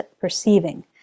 perceiving